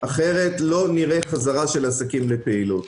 אחרת לא נראה חזרה של עסקים לפעילות.